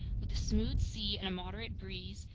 with a smooth sea and a moderate breeze,